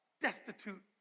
destitute